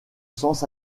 sens